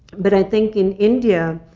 but i think, in india,